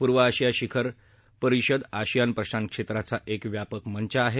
पूर्व आशिया शिखर परिषद आशियान प्रशांत क्षेत्राचा एक व्यापक मंच आहे